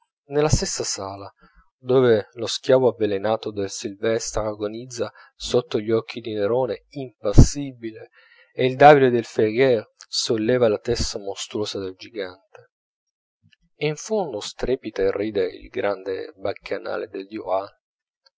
nella stessa sala dove lo schiavo avvelenato del sylvestre agonizza sotto gli occhi di nerone impassibile e il davide del ferrier solleva la testa mostruosa del gigante e in fondo strepita e ride il grande baccanale del duval